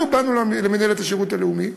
אנחנו באנו למינהלת השירות הלאומי ואמרנו: